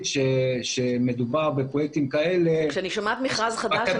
כשאני שומעת מכרז חדש,